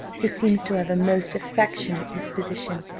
who seems to have a most affectionate disposition,